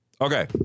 Okay